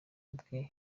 bwe